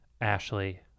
Ashley